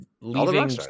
leaving